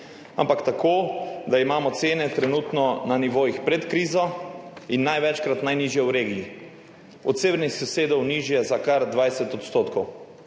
ampak tako, da imamo cene trenutno na nivojih pred krizo in največkrat najnižje v regiji, od severnih sosedov nižje za kar 20 %.